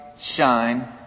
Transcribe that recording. shine